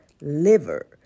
liver